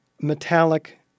metallic